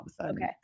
Okay